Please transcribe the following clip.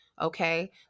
Okay